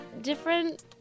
different